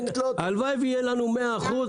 הלוואי ויהיה לנו מאה אחוז,